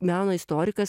meno istorikas